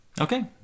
okay